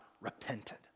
repented